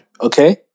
Okay